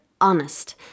honest